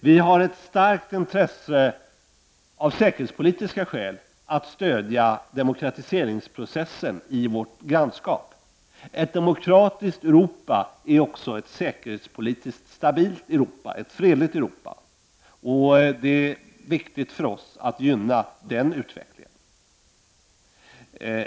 Vi har av säkerhetspolitiska skäl ett starkt intresse av att stödja demokratiseringsprocessen i vårt grannskap. Ett demokratiskt Europa är också ett säkerhetspolitiskt stabilt Europa, ett fredligt Europa. Det är viktigt för oss att gynna den utvecklingen.